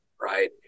right